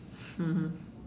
mmhmm